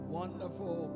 wonderful